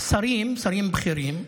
שרים בכירים,